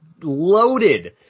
loaded